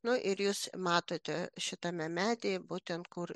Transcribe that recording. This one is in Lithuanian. nu ir jūs matote šitame medyje būtent kur